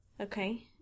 Okay